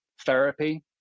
therapy